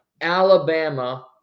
Alabama